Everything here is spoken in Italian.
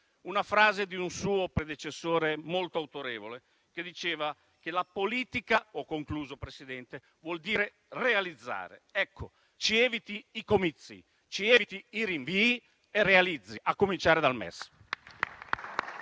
la frase di un suo predecessore molto autorevole, che diceva che la politica - ho concluso, Presidente - vuol dire realizzare. Ecco, ci eviti i comizi, ci eviti i rinvii e realizzi, a cominciare dal MES.